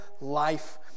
life